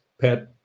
pet